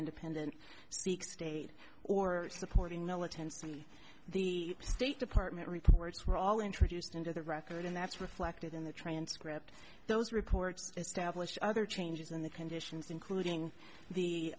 independent speak state or supporting militancy the state department reports were all introduced into the record and that's reflected in the transcript those reports established other changes in the conditions including the